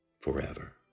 forever